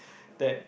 that